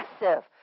massive